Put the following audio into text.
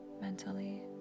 mentally